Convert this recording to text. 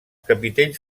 capitells